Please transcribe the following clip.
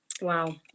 Wow